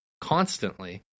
constantly